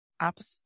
opposite